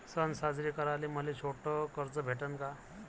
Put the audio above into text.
सन साजरे कराले मले छोट कर्ज भेटन का?